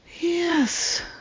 Yes